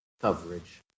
coverage